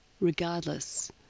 regardless